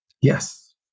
yes